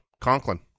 Conklin